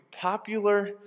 popular